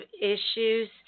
issues